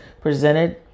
presented